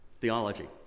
theology